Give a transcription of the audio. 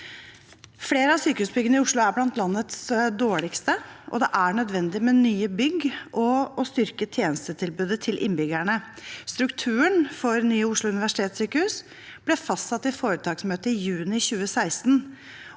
Flere av sykehusbyggene i Oslo er blant landets dårligste, og det er nødvendig med nye bygg og å styrke tjenestetilbudet til innbyggerne. Strukturen for nye Oslo universitetssykehus ble fastsatt i foretaksmøtet i juni 2016